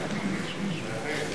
עמיתי השרים,